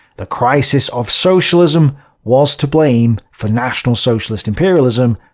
the crisis of socialism was to blame for national socialist imperialism,